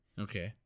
Okay